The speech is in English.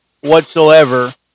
whatsoever